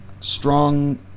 strong